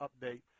update